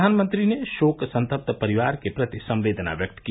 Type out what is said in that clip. प्रधानमंत्री ने शोक संतप्त परिवार के प्रति संवेदना व्यक्त की